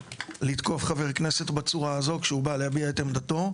לתקוף חבר כנסת בצורה הזאת כשהוא בא להביע את עמדתו,